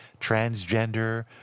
transgender